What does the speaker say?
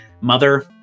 Mother